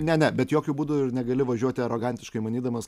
ne ne bet jokiu būdu negali važiuoti arogantiškai manydamas